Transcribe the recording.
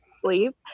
sleep